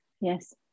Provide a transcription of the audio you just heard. yes